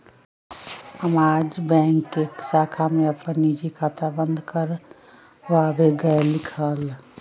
हम आज बैंक के शाखा में अपन निजी खाता बंद कर वावे गय लीक हल